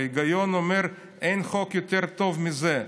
וההיגיון אומר שאין חוק יותר טוב מזה.